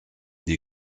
die